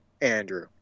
andrew